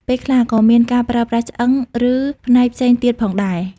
ពេលខ្លះក៏មានការប្រើប្រាស់ឆ្អឹង ឬផ្នែកផ្សេងទៀតផងដែរ។